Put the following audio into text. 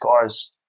guy's